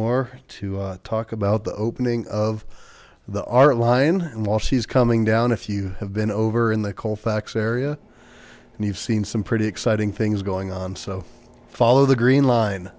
more to talk about the opening of the art line and while she's coming down if you have been over in the colfax area and you've seen some pretty exciting things going on so follow the green line